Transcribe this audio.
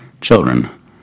Children